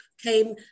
came